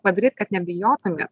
padaryt kad nebijotumėt